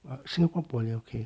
ah singapore poly okay